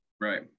Right